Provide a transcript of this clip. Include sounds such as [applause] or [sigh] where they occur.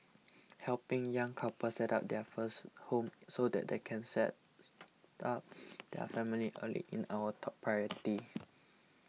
helping young couples set up their first home so that they can start [noise] their family early in our top [noise] priority